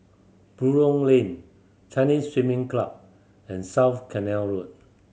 Buroh Lane Chinese Swimming Club and South Canal Road